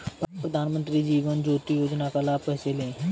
प्रधानमंत्री जीवन ज्योति योजना का लाभ कैसे लें?